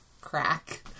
crack